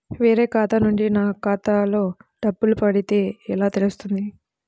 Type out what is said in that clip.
వేరే ఖాతా నుండి నా ఖాతాలో డబ్బులు పడితే ఎలా తెలుస్తుంది?